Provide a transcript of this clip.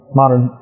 modern